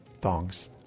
thongs